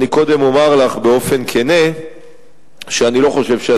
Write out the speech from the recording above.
אני קודם אומר לך באופן כנה שאני לא חושב,